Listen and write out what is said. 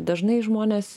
dažnai žmonės